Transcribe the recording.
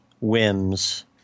whims